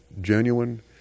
genuine